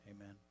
Amen